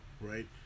right